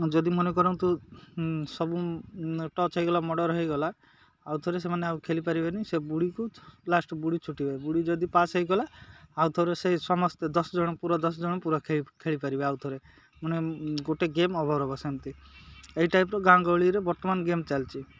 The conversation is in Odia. ଯଦି ମନେ କରନ୍ତୁ ସବୁ ଟଚ୍ ହେଇଗଲା ମଡ଼ର ହେଇଗଲା ଆଉ ଥରେ ସେମାନେ ଆଉ ଖେଳି ପାରିବେନି ସେ ବୁଡ଼ିକୁ ଲାଷ୍ଟ ବୁଡ଼ି ଛୁଟିବେ ବୁଡ଼ି ଯଦି ପାସ୍ ହେଇଗଲା ଆଉ ଥରେ ସେ ସମସ୍ତେ ଦଶ ଜଣ ପୁରା ଦଶ ଜଣ ପୁରା ଖେଳିପାରିବେ ଆଉ ଥରେ ମାନେ ଗୋଟେ ଗେମ୍ ଓଭର୍ ହବ ସେମିତି ଏଇ ଟାଇପ୍ର ଗାଁ ଗହଳିରେ ବର୍ତ୍ତମାନ ଗେମ୍ ଚାଲିଛି